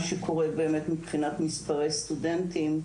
שקורה באמת מבחינת מספרי סטודנטים בארץ.